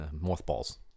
Mothballs